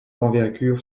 d’envergure